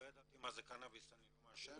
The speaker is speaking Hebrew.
לא ידעתי מה זה קנאביס, אני לא מעשן.